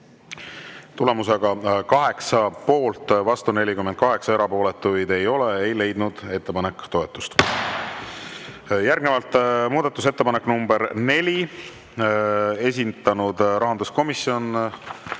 Tulemusega poolt 8, vastu 48, erapooletuid ei ole, ei leidnud ettepanek toetust. Järgnevalt muudatusettepanek nr 4, esitanud rahanduskomisjon